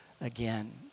again